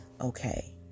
okay